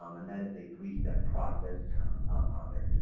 um and that is a three step process um on there.